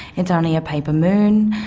it's only a paper moon.